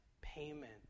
payment